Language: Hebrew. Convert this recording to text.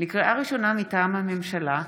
לקריאה ראשונה, מטעם הממשלה: